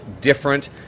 different